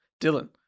Dylan